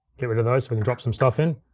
get rid of those so we can drop some stuff in.